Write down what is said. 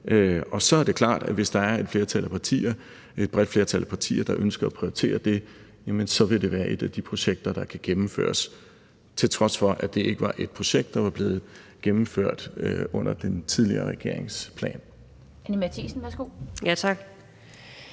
Og så er det klart, at hvis der er et bredt flertal af partier, der ønsker at prioritere det, jamen så vil det være et af de projekter, der kan gennemføres, til trods for at det ikke var et projekt, der var blevet gennemført under den tidligere regerings plan.